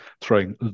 throwing